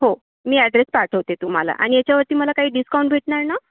हो मी ॲड्रेस पाठवते तुम्हाला आणि याच्यावरती मला काही डिस्काउंट भेटणार ना